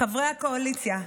חברי הקואליציה,